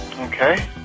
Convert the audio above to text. Okay